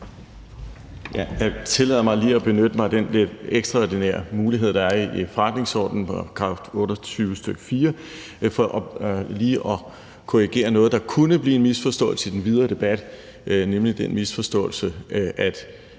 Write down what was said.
Jeg tillader mig lige at benytte mig af den der ekstraordinære mulighed, der er i forretningsordenens § 28, stk. 4, for lige at korrigere noget, der kunne blive en misforståelse i den videre debat, nemlig den misforståelse, der